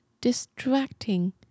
distracting